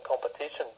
competition